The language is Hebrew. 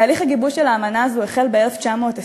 תהליך גיבוש האמנה הזאת החל ב-1920.